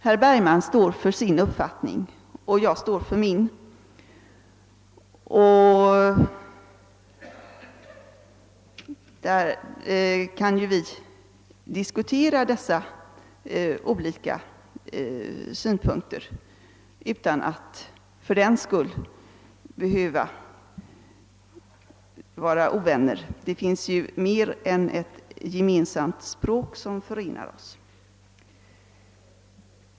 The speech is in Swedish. Herr Bergman står för sin uppfattning och jag står för min — vi kan diskutera ståndpunkterna utan att fördenskull bli ovänner. Det finns ju mer än ett gemensamt språk som förenar OSS.